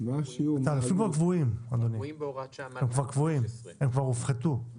הם כבר קבועים, הם כבר הופחתו.